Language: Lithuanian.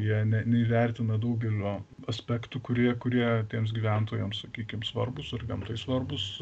jie ne neįvertina daugelio aspektų kurie kurie tiems gyventojams sakykim svarbūs ir gamtai svarbūs